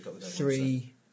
three